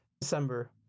December